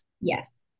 Yes